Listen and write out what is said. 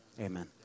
amen